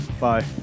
Bye